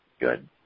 Good